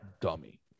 dummy